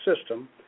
system